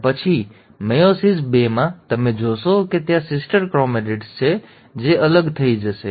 અને પછી મેયોસિસ બેમાં તમે જોશો કે ત્યાં સિસ્ટર ક્રોમેટિડ્સ છે જે અલગ થઈ જશે